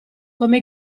come